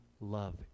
love